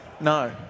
No